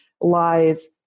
lies